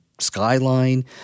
skyline